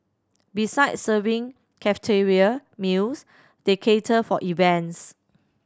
besides serving cafeteria meals they cater for events